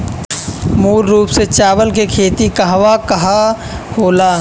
मूल रूप से चावल के खेती कहवा कहा होला?